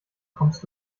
kommst